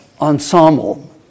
ensemble